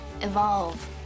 Evolve